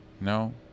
no